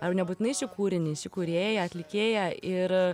ar nebūtinai šį kūrinį šį kūrėją atlikėją ir